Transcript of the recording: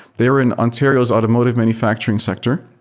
they were in ontario's automotive manufacturing sector,